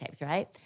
right